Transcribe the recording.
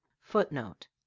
Footnote